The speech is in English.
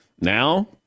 Now